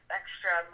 extra